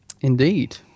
indeed